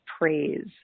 praise